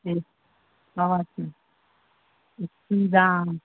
এই সব আর কি কী দাম